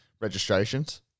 registrations